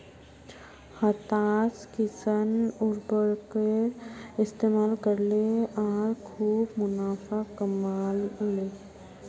हताश किसान उर्वरकेर इस्तमाल करले आर खूब मुनाफ़ा कमा ले